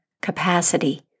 capacity